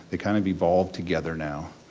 they kind of evolve together now.